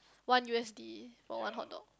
one U_S_D for one hotdog